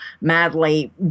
madly